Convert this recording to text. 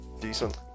Decent